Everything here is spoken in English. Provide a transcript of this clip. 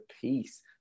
peace